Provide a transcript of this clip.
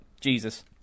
Jesus